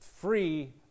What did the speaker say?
free